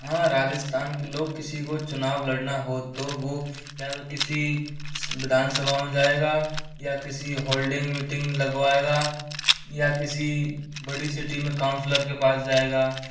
हां राजस्थान के लोग किसी को चुनाव लड़ना हो तो वो या तो किसी विधानसभा में जाएगा या किसी होल्डिंग मीटिंग लगवाएगा या किसी बड़ी सिटी में काउंसलर के पास जाएगा